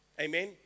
Amen